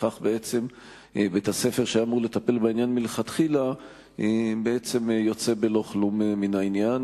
וכך בית-הספר שהיה אמור לטפל בעניין מלכתחילה יוצא בלא כלום מן העניין.